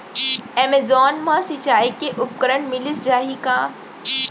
Amazon मा सिंचाई के उपकरण मिलिस जाही का?